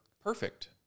perfect